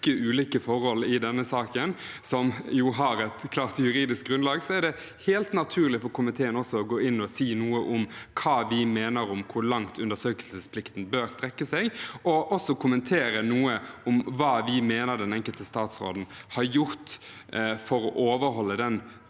ulike forhold i denne saken som har et klart juridisk grunnlag, er det helt naturlig for komiteen også å gå inn og si noe om hva vi mener om hvor langt undersøkelsesplikten bør strekke seg, og også kommentere noe om hva vi mener den enkelte statsråd har gjort for å overholde den